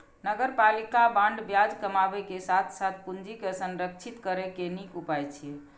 नगरपालिका बांड ब्याज कमाबै के साथ साथ पूंजी के संरक्षित करै के नीक उपाय छियै